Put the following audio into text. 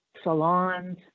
salons